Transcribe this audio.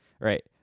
Right